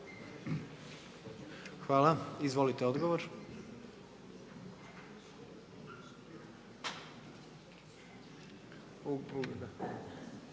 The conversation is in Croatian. Hvala. Izvolite ministre.